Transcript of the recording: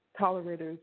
tolerators